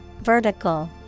Vertical